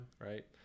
right